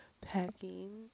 packing